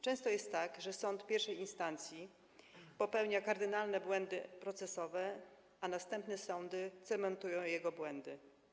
Często jest tak, że sąd I instancji popełnia kardynalne błędy procesowe, a następne sądy cementują jego błędy.